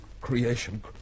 creation